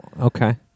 Okay